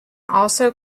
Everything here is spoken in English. also